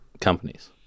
companies